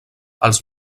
els